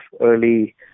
early